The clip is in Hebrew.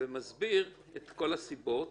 ומסביר את כל הסיבות